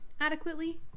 adequately